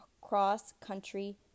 cross-country